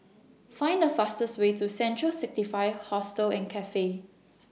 Find The fastest Way to Central sixty five Hostel and Cafe